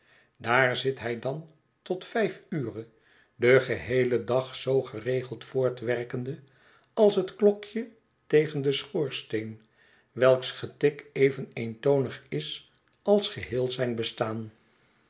daar zit hij dan tot vijf ure den geheelen dag zoo geregeld voortwerkende als het klokje tegen den schoorsteen welks getik even eentonig is als geheel zijn bestaan